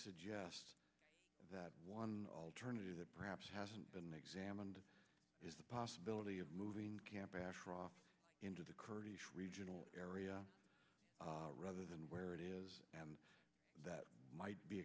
suggest that one alternative perhaps hasn't been examined is the possibility of moving camp ashraf into the kurdish regional area rather than where it is and that might be